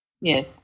Yes